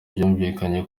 byumvikane